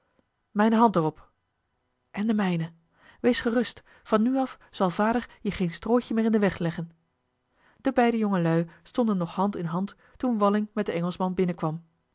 mijne hand er op en de mijne wees gerust van nu af zal vader je geen strootje meer in den weg leggen de beide jongelui stonden nog hand in hand toen walling met den engelschman binnenkwam